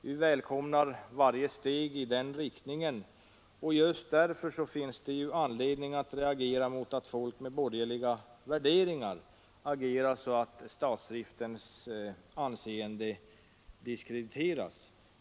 Vi välkomnar varje steg i den riktningen, och just därför Tisdagen den finns det anledning att reagera mot att folk med borgerliga värderingar 19 mars 1974 agerar så att statsdriftens anseende diskrediteras.